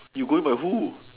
you going by who